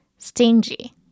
Stingy